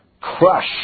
crush